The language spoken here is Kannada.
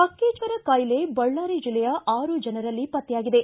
ಹಕ್ಕಿ ಜ್ವರ ಕಾಯಿಲೆ ಬಳ್ಳಾರಿ ಜಿಲ್ಲೆಯ ಆರು ಜನರಲ್ಲಿ ಪತ್ತೆಯಾಗಿದೆ